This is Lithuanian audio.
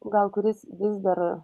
gal kuris vis dar